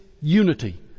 unity